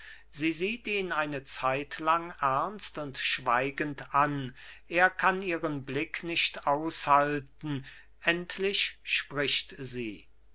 sie sieht ihn eine zeitlang ernst und schweigend an er kann ihren blick nicht aushalten endlich spricht sie